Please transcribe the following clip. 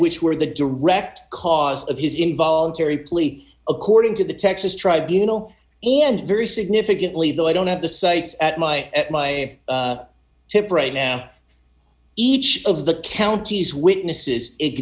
which were the direct cause of his involuntary plea according to the texas tribunals and very significantly though i don't have the cites at my at my tip right now each of the counties witnesses it